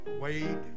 Wade